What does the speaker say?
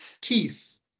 keys